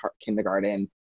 kindergarten